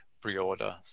pre-order